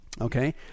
okay